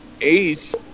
ace